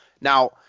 Now